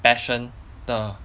passion the